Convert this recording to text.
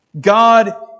God